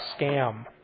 scam